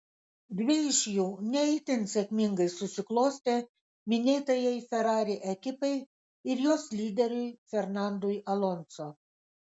dvi iš jų ne itin sėkmingai susiklostė minėtajai ferrari ekipai ir jos lyderiui fernandui alonso